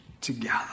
together